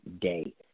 day